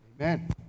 Amen